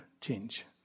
change